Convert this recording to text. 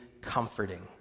comforting